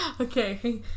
okay